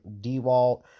DeWalt